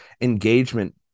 engagement